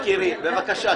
בבקשה.